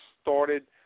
started